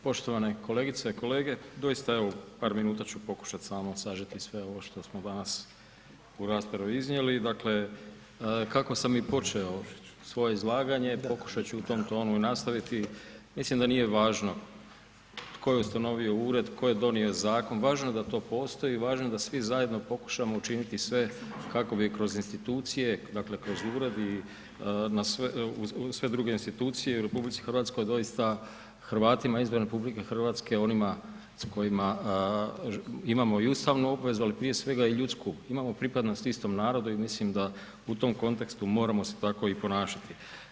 Poštovane kolegice i kolege, doista evo par minuta ću pokušat samo sažeti sve ovo što smo danas u raspravi iznijeli, dakle kako sam i počeo svoje izlaganje, pokušat ću u tom tonu i nastaviti, mislim da nije važno tko je ustanovio ured, tko je donio zakon, važno je da to postoji, važno je da svi zajedno pokušamo učiniti sve kako bi kroz institucije, dakle kroz ured i sve druge institucije u RH doista Hrvatima izvan RH onima s kojima imamo i ustavnu obvezu, ali prije svega i ljudsku, imamo pripadnost istom narodu i mislim da u tom kontekstu moramo se tako i ponašati.